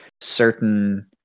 certain